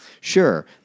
sure